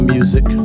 Music